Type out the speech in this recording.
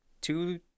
two